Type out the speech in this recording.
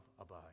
abide